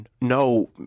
No